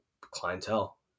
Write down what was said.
clientele